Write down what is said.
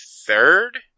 third